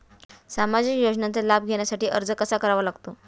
सामाजिक योजनांचा लाभ घेण्यासाठी अर्ज कसा करावा लागतो?